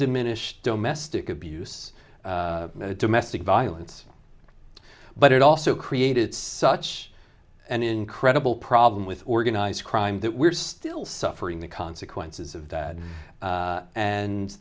diminished domesticity abuse domestic violence but it also created such an incredible problem with organized crime that we're still suffering the consequences of that and